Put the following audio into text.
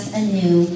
anew